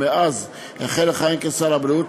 שמאז החל לכהן כשר הבריאות,